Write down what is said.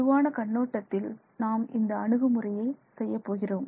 பொதுவான கண்ணோட்டத்தில் நாம் இந்த அணுகுமுறையை செய்யப் போகிறோம்